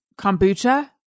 Kombucha